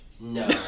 No